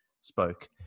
spoke